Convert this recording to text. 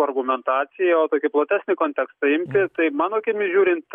argumentaciją o tokį platesnį kontekstą priimti tai mano akimis žiūrint